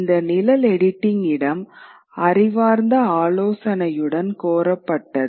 இந்த நிழல் எடிட்டிங் இடம் அறிவார்ந்த ஆலோசனையுடன் கோரப்பட்டது